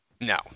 No